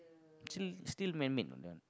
still still man made what that one